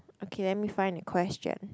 okay let me find a question